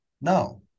no